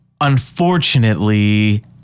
unfortunately